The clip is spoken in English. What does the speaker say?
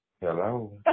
Hello